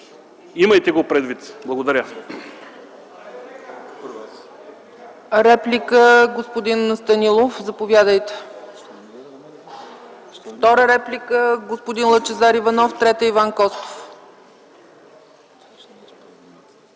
Имайте го предвид! Благодаря.